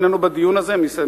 אלא לשוטים.